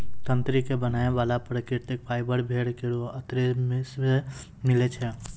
तंत्री क बनाय वाला प्राकृतिक फाइबर भेड़ केरो अतरी सें मिलै छै